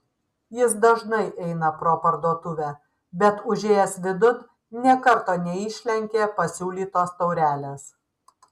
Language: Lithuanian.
jis dažnai eina pro parduotuvę bet užėjęs vidun nė karto neišlenkė pasiūlytos taurelės